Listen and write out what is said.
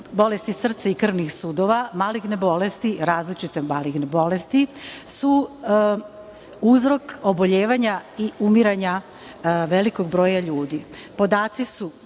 bolesti srca i krvnih sudova, maligne bolesti, različite maligne bolesti, uzrok su oboljevanja i umiranja velikog broja ljudi.